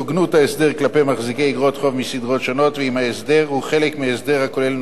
אם יש בהסדר המתגבש